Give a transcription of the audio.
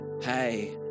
hey